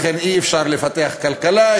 לכן אי-אפשר לפתח כלכלה,